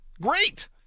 great